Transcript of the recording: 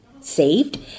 saved